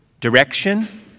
direction